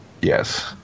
Yes